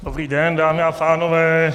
Dobrý den dámy a pánové.